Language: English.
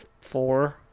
four